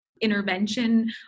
intervention